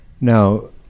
Now